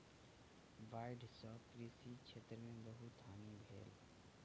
बाइढ़ सॅ कृषि क्षेत्र में बहुत हानि भेल